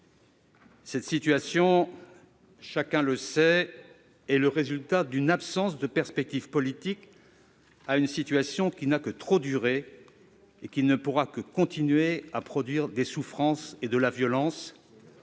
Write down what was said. Cette situation, chacun le sait, résulte d'une absence de perspectives politiques. Elle n'a que trop duré et ne pourra que continuer à produire des souffrances et de la violence